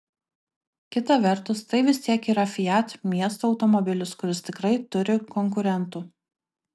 kita vertus tai vis tiek yra fiat miesto automobilis kuris tikrai turi konkurentų